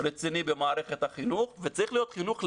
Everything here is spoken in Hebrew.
רציני במערכת החינוך וצריך להיות חינוך לאזרחות.